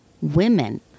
women